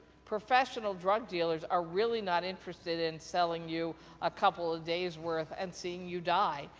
professional drug dealers are really not interested in selling you a couple of days' worth and seeing you die.